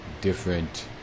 different